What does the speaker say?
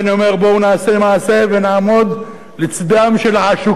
בואו נעשה מעשה ונעמוד לצדם של העשוקים,